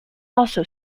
also